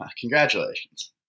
Congratulations